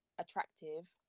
attractive